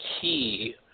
key